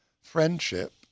friendship